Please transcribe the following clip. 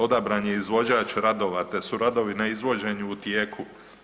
Odabran je izvođač radova te su radovi na izvođenju u tijeku.